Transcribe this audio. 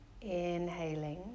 Inhaling